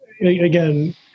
again